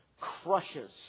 crushes